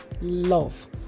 Love